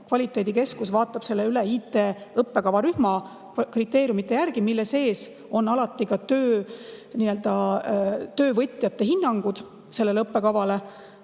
kvaliteediagentuur vaatab selle üle IT õppekavarühma kriteeriumide järgi, mille sees on alati ka töövõtjate hinnangud õppekavale,